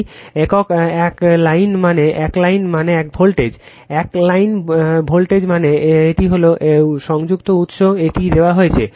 সেই একক এক লাইন মানে এক লাইন এক লাইন ভোল্টেজ এক লাইন ভোল্টেজ মানে এক হল সংযুক্ত উৎস এটি দেওয়া হয়েছে